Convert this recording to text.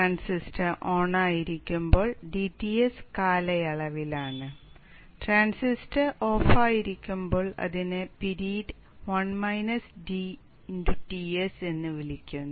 transistor ഓണായിരിക്കുമ്പോൾ dTs കാലയളവിലാണ് transistor ഓഫായിരിക്കുമ്പോൾ അതിനെ പിരീഡ് Ts എന്ന് വിളിക്കുന്നു